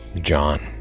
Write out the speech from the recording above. John